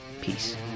Peace